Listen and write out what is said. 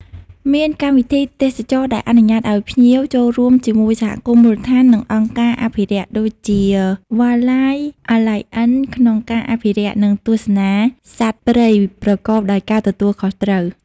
មានកម្មវិធីទេសចរណ៍ដែលអនុញ្ញាតឱ្យភ្ញៀវចូលរួមជាមួយសហគមន៍មូលដ្ឋាន និងអង្គការអភិរក្ស ដូចជា វ៉ាល ឡៃហ៍ អា ឡាយ អិន Wildlife Alliance ក្នុងការអភិរក្ស និងទស្សនាសត្វព្រៃប្រកបដោយការទទួលខុសត្រូវ។